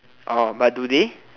orh but do they